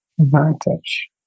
advantage